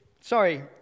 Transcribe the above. sorry